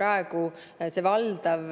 Praegu on valdav